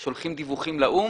שולחים דיווחים לאו"ם,